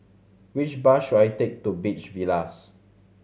which bus should I take to Beach Villas